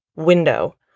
window